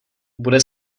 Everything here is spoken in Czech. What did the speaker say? bude